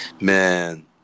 man